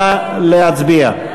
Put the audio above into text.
נא להצביע.